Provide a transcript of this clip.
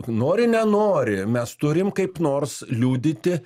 nori nenori mes turim kaip nors liudyti